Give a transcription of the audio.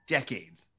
decades